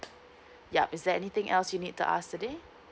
yup is there anything else you need to ask today